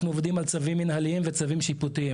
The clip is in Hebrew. אנחנו עובדים על צווים מנהליים וצווים שיפוטיים.